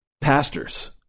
Pastors